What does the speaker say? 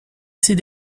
ces